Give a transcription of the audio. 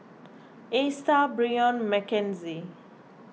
Esta Brion Mckenzie